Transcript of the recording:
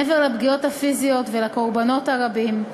מעבר לפגיעות הפיזיות ולקורבנות הרבים,